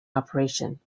operation